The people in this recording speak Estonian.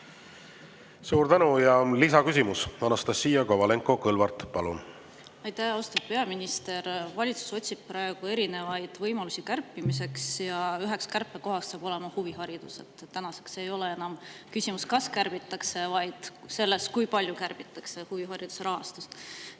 Suur tänu! Ja lisaküsimus, Anastassia Kovalenko-Kõlvart, palun! Aitäh! Austatud peaminister! Valitsus otsib praegu võimalusi kärpimiseks ja üheks kärpekohaks saab olema huviharidus. Tänaseks ei ole enam küsimus, kas kärbitakse, vaid see, kui palju kärbitakse huvihariduse rahastust,